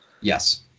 Yes